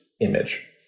image